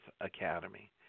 Academy